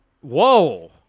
Whoa